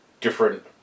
different